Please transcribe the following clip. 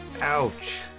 ouch